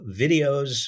videos